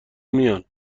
میان